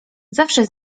zawsze